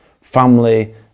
family